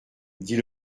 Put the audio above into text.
dit